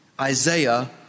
Isaiah